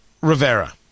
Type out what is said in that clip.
Rivera